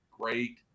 great